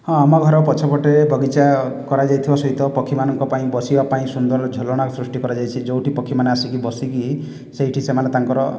ହଁ ଆମ ଘର ପଛପଟେ ବଗିଚା କରାଯାଇଥିବା ସହିତ ପକ୍ଷୀମାନଙ୍କ ପାଇଁ ବସିବା ପାଇଁ ସୁନ୍ଦର ଝୁଲଣା ସୃଷ୍ଟି କରାଯାଇଛି ଯେଉଁଠି ପକ୍ଷୀମାନେ ଆସିକି ବସିକି ସେଇଠି ସେମାନେ ତାଙ୍କର